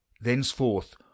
thenceforth